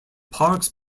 parks